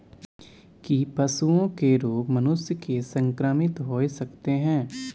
की पशुओं के रोग मनुष्य के संक्रमित होय सकते है?